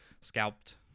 scalped